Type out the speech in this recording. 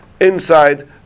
inside